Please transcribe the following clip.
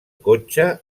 cotxe